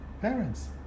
parents